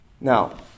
Now